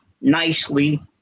nicely